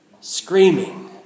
Screaming